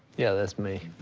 yeah, that's me.